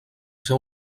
ser